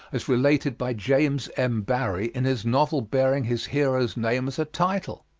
as related by james m. barrie in his novel bearing his hero's name as a title.